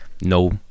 no